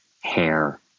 hair